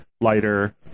lighter